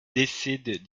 décident